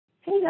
Hey